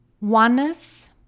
Oneness